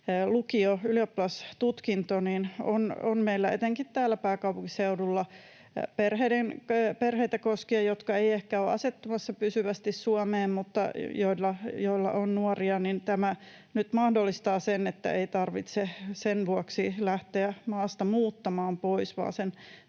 lukio‑ ja ylioppilastutkinto on etenkin täällä meillä pääkaupunkiseudulla koskien perheitä, jotka eivät ehkä ole asettumassa pysyvästi Suomeen mutta joissa on nuoria, ja tämä nyt mahdollistaa sen, että ei tarvitse sen vuoksi lähteä maasta muuttamaan pois vaan sen